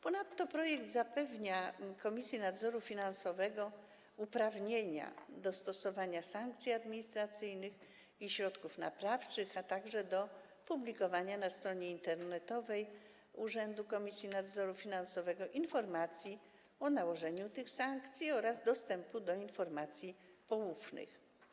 Ponadto projekt zapewnia Komisji Nadzoru Finansowego uprawnienia do stosowania sankcji administracyjnych i środków naprawczych, a także do publikowania na stronie internetowej Urzędu Komisji Nadzoru Finansowego informacji o nałożeniu tych sankcji oraz do dostępu do informacji poufnych.